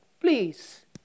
please